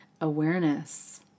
awareness